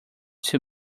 too